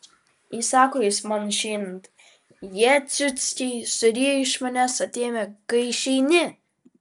įsako jis man išeinant jie ciuckiai suryja iš manęs atėmę kai išeini